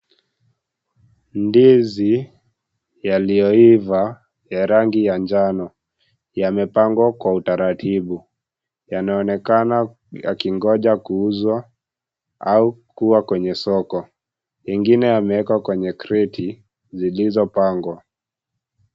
Ndizi, yaliyoiva, ya rangi ya njano, yamepangwa kwa utaratibu. Yanaonekana yakingoja kuuzwa au kuwa kwenye soko. Nyingine yamewekwa kwenye kreti zilizopangwa.